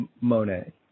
Monet